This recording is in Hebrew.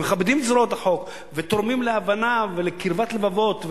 מכבדים את זרועות החוק ותורמים להבנה ולקרבת לבבות,